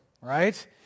right